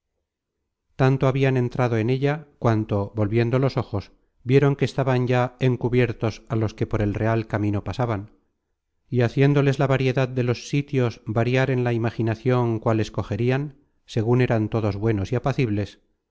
tanto habian entrado en ella cuanto volviendo los ojos vieron que estaban ya encubiertos á los que por el real camino pasaban y haciéndoles la variedad de los sitios variar en la imaginacion cuál escogerian segun eran todos buenos y apacibles